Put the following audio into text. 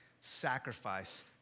sacrifice